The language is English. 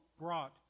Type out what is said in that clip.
brought